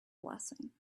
blessing